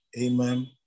Amen